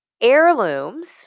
Heirlooms